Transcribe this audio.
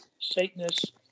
Satanist